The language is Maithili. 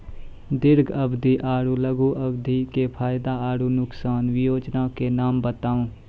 दीर्घ अवधि आर लघु अवधि के फायदा आर नुकसान? वयोजना के नाम बताऊ?